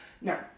No